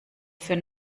für